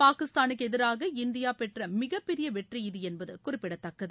பாகிஸ்தானுக்கு எதிராக இந்தியா பெற்ற மிகப் பெரிய வெற்றி இது என்பது குறிப்பிடத்தக்கது